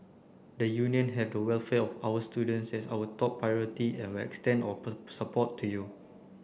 the Union have the welfare of our students as our top priority and will extend our support to you